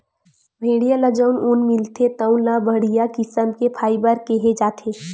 भेड़िया ले जउन ऊन मिलथे तउन ल बड़िहा किसम के फाइबर केहे जाथे